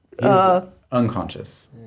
Unconscious